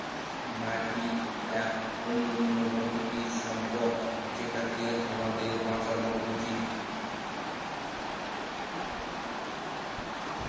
মাটি এক অনন্য প্রাকৃতিক সম্পদ যেটাকে আমাদের বাঁচানো উচিত